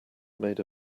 made